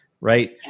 right